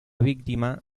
víctima